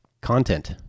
content